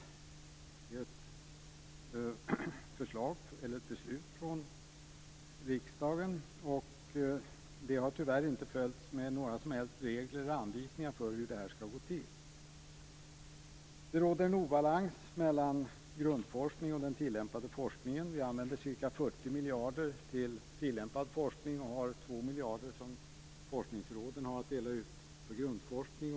Det är ett beslut från riksdagen, men det har tyvärr inte följts av några som helst regler och anvisningar för hur detta skall gå till. Det råder en obalans mellan grundforskningen och den tillämpade forskningen. Vi använder ca 40 miljarder till tillämpad forskning. Forskningsråden har 2 miljarder att dela ut till grundforskning.